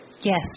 Yes